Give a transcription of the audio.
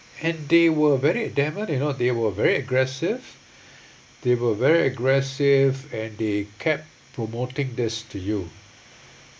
and they were very you know they were very aggressive they were very aggressive and they kept promoting this to you